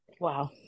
Wow